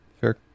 Fair